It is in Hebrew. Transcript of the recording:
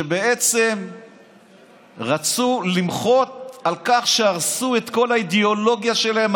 שבעצם רצו למחות על כך שהרסו את כל האידיאולוגיה שלהם,